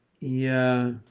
Yeah